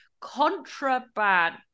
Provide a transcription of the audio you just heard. Contraband